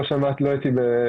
לא הייתי בתחילת הדיון.